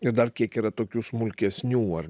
ir dar kiek yra tokių smulkesnių ar